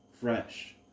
fresh